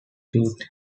feet